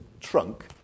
trunk